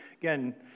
again